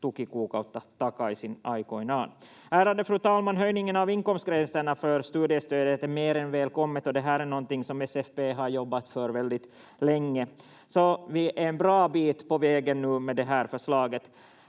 tukikuukautta takaisin aikoinaan. Ärade fru talman! Höjningen av inkomstgränserna för studiestödet är mer än välkommen, och det här är någonting som SFP har jobbat för väldigt länge. Vi är en bra bit på vägen nu med det här förslaget.